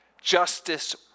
Justice